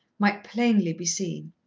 might plainly be seen.